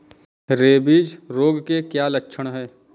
Rabies रोग के क्या लक्षण है?